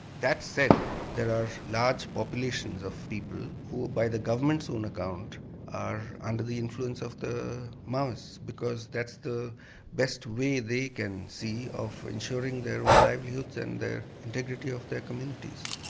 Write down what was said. that said there are large populations of people who by the government's own account are under the influence of the maoists because that's the best way they can see of ensuring their own livelihoods and the integrity of their communities.